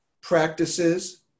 practices